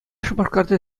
шупашкарти